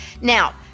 Now